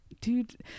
dude